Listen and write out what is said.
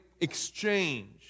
exchange